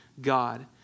God